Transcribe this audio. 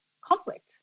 conflict